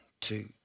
two